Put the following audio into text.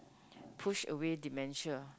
push away dementia